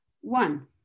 one